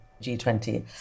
G20